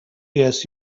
yes